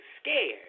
scared